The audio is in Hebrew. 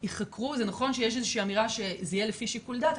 זה נכון שיש אמירה שזה יהיה לפי שיקול דעת,